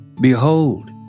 Behold